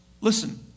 Listen